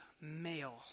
male